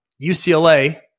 UCLA